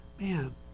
man